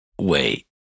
Wait